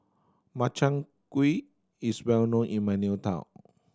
Makchang Gui is well known in my new town